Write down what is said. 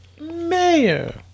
Mayor